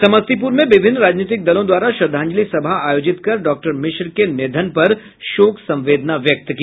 समस्तीपुर में विभिन्न राजनीतिक दलों द्वारा श्रद्धांजलि सभा आयोजित कर डॉक्टर मिश्र के निधन पर शोक संवेदना व्यक्त की